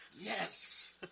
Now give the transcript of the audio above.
Yes